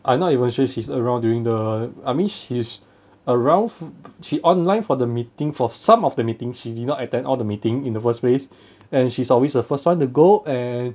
I'm not even sure she's around during the I mean she's around she online for the meeting for some of the meeting she did not attend all the meeting in the first place and she's always the first one to go and